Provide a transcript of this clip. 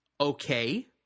okay